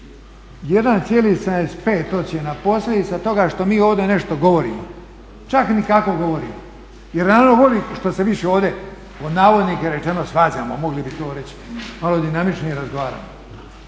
1,75 ocjena posljedica toga što mi ovdje nešto govorimo, čak ni kako govorimo jer narod voli što se više ovdje pod navodnike rečeno svađamo mogli bi to reći, malo dinamičnije razgovaramo,